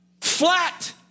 flat